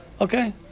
Okay